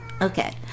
Okay